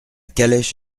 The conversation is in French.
calèche